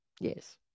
Yes